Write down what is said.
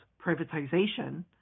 privatization